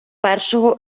першого